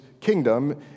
kingdom